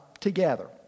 together